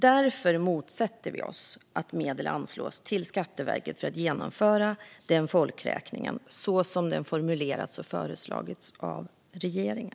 Därför motsätter vi oss att medel anslås till Skatteverket för att genomföra en folkräkning så som den har formulerats och föreslagits av regeringen.